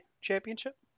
championship